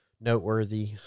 noteworthy